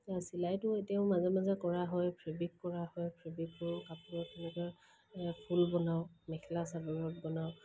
চিলাইটো এতিয়াও মাজে মাজে কৰা হয় ফ্ৰেবিক কৰা হয় ফ্ৰেবিকো কাপোৰৰ তেনেকে ফুল বনাওঁ মেখেলা চাদৰত বনাওঁ